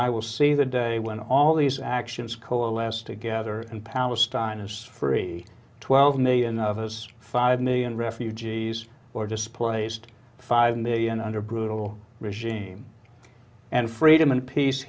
i will see the day when all these actions coalesce together and palestine is free twelve million of those five million refugees or displaced five million under brutal regime and freedom and peace